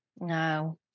No